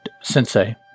sensei